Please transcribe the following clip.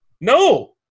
No